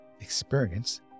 experience